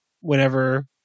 whenever